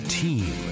team